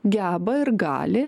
geba ir gali